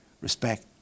respect